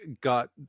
got